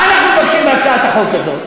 מה אנחנו מבקשים בהצעת החוק הזאת?